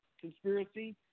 conspiracy